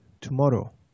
tomorrow